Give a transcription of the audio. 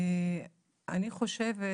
אני חושבת,